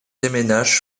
déménage